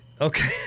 Okay